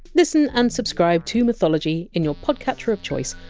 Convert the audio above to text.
listen and subscribe to mythology in your podcatcher of choice,